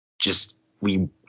just—we